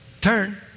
Turn